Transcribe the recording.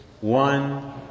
one